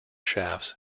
shafts